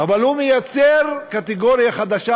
אבל הוא מייצר קטגוריה חדשה,